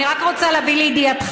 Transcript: אני רק רוצה להביא לידיעתך.